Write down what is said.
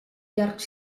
llarg